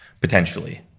Potentially